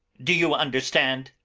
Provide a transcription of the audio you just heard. do you under stand.